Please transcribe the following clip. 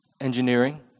engineering